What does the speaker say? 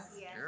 Yes